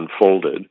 unfolded